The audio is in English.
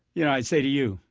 yeah i say to you,